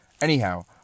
anyhow